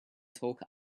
talk